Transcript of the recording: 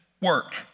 work